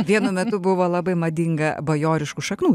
vienu metu buvo labai madinga bajoriškų šaknų